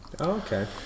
okay